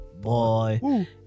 boy